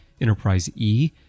Enterprise-E